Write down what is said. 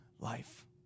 life